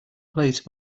plate